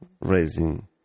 raising